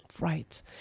Right